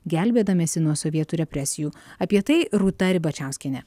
gelbėdamiesi nuo sovietų represijų apie tai rūta ribačiauskienė